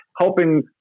helping